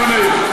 אני עונה.